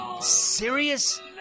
Serious